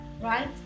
right